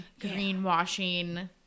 greenwashing